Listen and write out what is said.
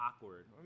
awkward